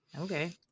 Okay